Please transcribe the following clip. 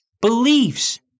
beliefs